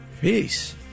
Peace